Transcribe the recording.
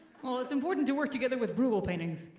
well, it's important to work together with bruegel paintings.